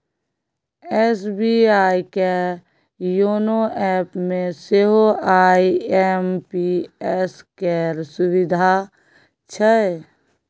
SBI के YONO एपमे सेहो आई.एम.पी.एस केर सुविधा छै